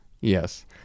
Yes